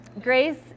grace